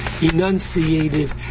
enunciated